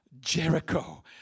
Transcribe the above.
Jericho